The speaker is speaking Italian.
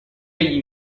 gli